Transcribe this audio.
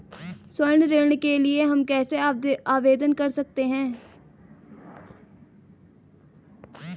स्वर्ण ऋण के लिए हम कैसे आवेदन कर सकते हैं?